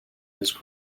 his